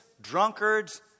drunkards